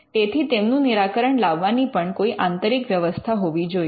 તેથી તેમનું નિરાકરણ લાવવાની પણ કોઇ આંતરિક વ્યવસ્થા હોવી જોઈએ